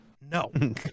No